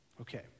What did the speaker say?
Okay